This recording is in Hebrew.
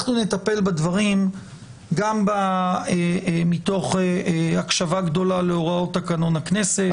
אנחנו נטפל בדברים גם מתוך הקשבה גדולה להוראות תקנון הכנסת,